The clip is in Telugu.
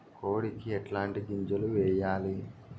కోడికి ఎట్లాంటి గింజలు వేయాలి?